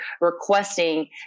requesting